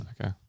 Okay